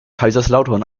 kaiserslautern